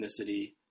ethnicity